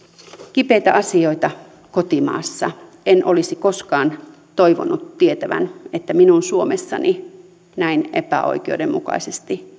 kipeitä asioita kotimaassa en olisi koskaan toivonut tietäväni että minun suomessani näin epäoikeudenmukaisesti